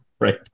Right